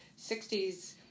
60s